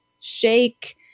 shake